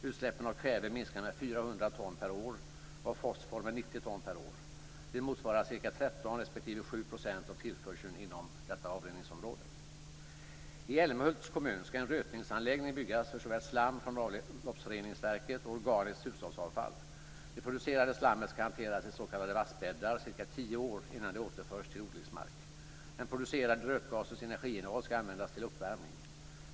Utsläppen av kväve minskar med 400 ton per år och av fosfor med 90 ton per år. Det motsvarar ca 13 % respektive 7 % av tillförseln inom detta avrinningsområde. I Älmhults kommun ska en rötningsanläggning byggas såväl för slam från avloppsreningsverket som för vanligt hushållsavfall. Det producerade slammet ska hanteras i s.k. vassbäddar i cirka tio år innan det återförs till odlingsmark. Den producerade rökgasens energiinnehåll ska användas till uppvärmning.